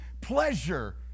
Pleasure